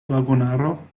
vagonaro